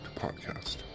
podcast